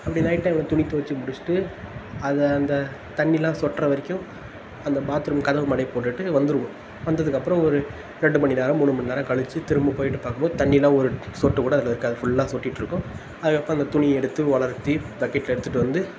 அப்படி நைட் டைமில் துணி துவச்சி முடிச்சுட்டு அது அந்த தண்ணியெல்லாம் சொட்டுற வரைக்கும் அந்த பாத் ரூம் கதவு மேலேயே போட்டுவிட்டு வந்துடுவோம் வந்ததுக்கப்புறம் ஒரு ரெண்டு மணிநேரம் மூணு மணிநேரம் கழிச்சி திரும்ப போய்விட்டு பார்க்கும்போது தண்ணியெல்லாம் ஒரு சொட்டு கூட அதில் இருக்காது ஃபுல்லாக சொட்டிகிட்டுருக்கும் அதுக்கப்புறம் அந்த துணி எடுத்து உலர்த்தி பக்கெட் எடுத்துகிட்டு வந்து